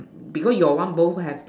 because your one both have the